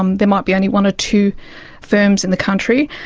um there might be only one or two firms in the country,